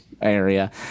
area